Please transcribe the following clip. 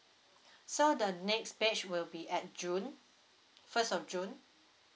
so the next batch will be at june first of june